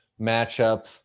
matchup